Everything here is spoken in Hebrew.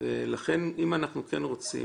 ולכן אם אנחנו רוצים,